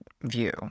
view